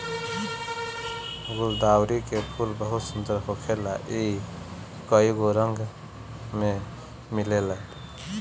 गुलदाउदी के फूल बहुते सुंदर होखेला इ कइगो रंग में मिलेला